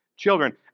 Children